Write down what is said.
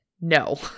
no